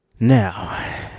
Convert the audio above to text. Now